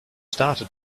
started